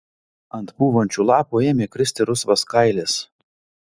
ant pūvančių lapų ėmė kristi rusvas kailis